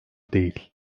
değil